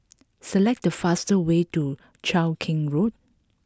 select the fastest way to Cheow Keng Road